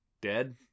dead